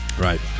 Right